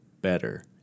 better